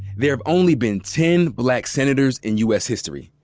there have only been ten black senators in u. s. history.